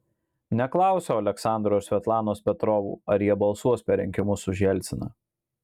neklausiau aleksandro ir svetlanos petrovų ar jie balsuos per rinkimus už jelciną